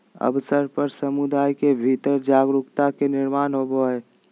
अवसर पर समुदाय के भीतर जागरूकता के निर्माण होबय हइ